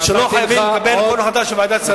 שלא חייבים לקבל כל החלטה של ועדת שרים.